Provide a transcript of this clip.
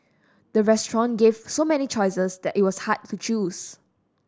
the restaurant gave so many choices that it was hard to choose